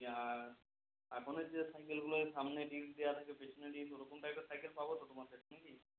আর আর কোনও যে সাইকেলগুলো সামনে রিব দেওয়া আছে পেছনে রিব ওরকম টাইপের সাইকেল পাবো তো তোমার কাছে নাকি